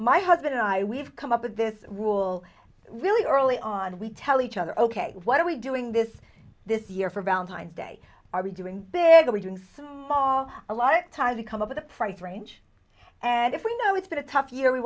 my husband and i we've come up with this rule really early on we tell each other ok what are we doing this this year for valentine's day are we doing big are we doing so far a lot of times we come up with a price range and if we know it's been a tough year we